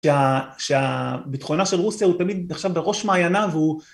שביטחונה של רוסיה הוא תמיד נחשב בראש מעייניו, הוא...